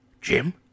Jim